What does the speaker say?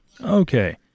Okay